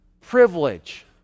privilege